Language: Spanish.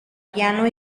piano